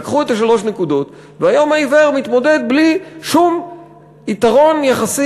לקחו את שלוש הנקודות והיום העיוור מתמודד בלי שום יתרון יחסי,